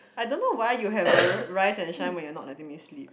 I don't know why you have a rise and shine but you're not letting me sleep